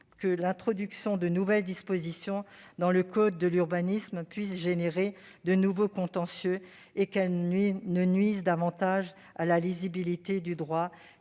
que l'introduction de nouvelles dispositions dans le code de l'urbanisme génère de nouveaux contentieux et qu'elle nuise davantage à la lisibilité du droit